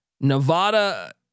Nevada